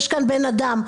יש כאן בן אדם.